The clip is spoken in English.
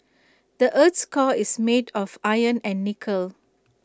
the Earth's core is made of iron and nickel